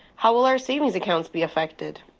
how will our savings accounts be affected?